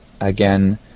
again